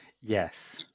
Yes